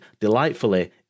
delightfully